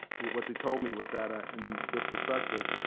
but what they told me was that ah in their perspective,